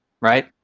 right